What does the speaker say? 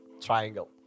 Triangle